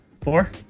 four